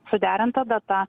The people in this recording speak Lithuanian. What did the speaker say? suderinta data